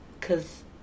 Cause